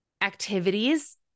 activities